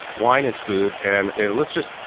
wine is food and let's just,